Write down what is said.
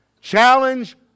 Challenge